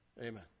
Amen